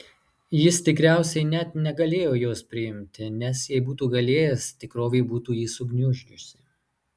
jis tikriausiai net negalėjo jos priimti nes jei būtų galėjęs tikrovė būtų jį sugniuždžiusi